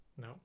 No